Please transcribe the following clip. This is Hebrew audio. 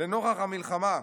לנוכח המלחמה.